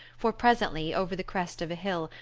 for presently, over the crest of a hill,